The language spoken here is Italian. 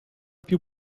più